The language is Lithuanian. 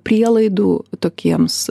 prielaidų tokiems